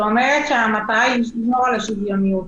שאומרת שהמטרה היא לשמור על שוויוניות.